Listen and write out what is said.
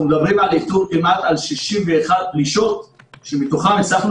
אנחנו מדברים על איתור של כמעט 61 פלישות שמתוכן הצלחנו